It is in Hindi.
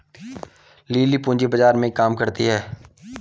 लिली पूंजी बाजार में काम करती है